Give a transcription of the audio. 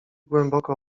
głęboko